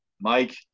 Mike